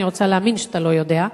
אני רוצה להאמין שאתה לא יודע,